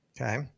Okay